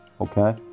Okay